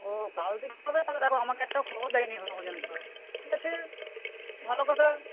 ওও কাল থেকে হবে তাহলে দেখো আমাকে একটাও খবর দেয়নি এখনও পর্যন্ত ঠিক আছে ভালো কথা